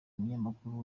umunyamakuru